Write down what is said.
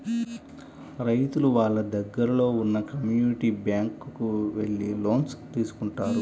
రైతులు వాళ్ళ దగ్గరలో ఉన్న కమ్యూనిటీ బ్యాంక్ కు వెళ్లి లోన్స్ తీసుకుంటారు